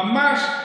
ממש.